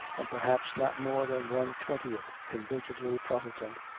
and perhaps not more than one twen tieth convincedly protestant,